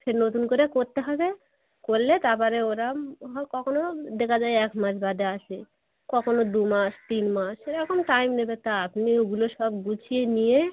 সে নতুন করে করতে হবে করলে তাপরে ওরা হয় কখনও দেখা যায় এক মাস বাদে আসে কখনও দু মাস তিন মাস সেরকম টাইম নেবে তা আপনি ওগুলো সব গুছিয়ে নিয়ে